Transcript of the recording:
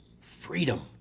freedom